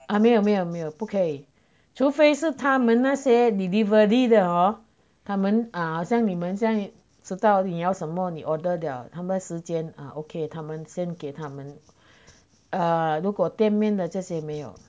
ah 有没有没有不可以除非是他们那些 delivery 的 hor 他们 err 好像你们这样不知道你要什么你 order 了他们时间 ah okay 他们先给他们 err 如果店面的这些没有